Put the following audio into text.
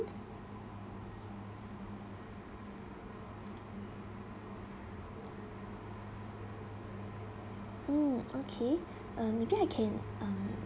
mm okay maybe I can um